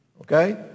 Okay